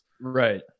right